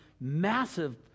massive